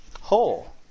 Whole